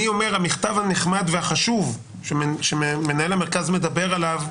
המכתב הנחמד והחשוב שמנהל המרכז מדבר עליו,